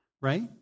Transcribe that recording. right